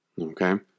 Okay